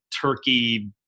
turkey